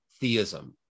theism